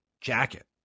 jacket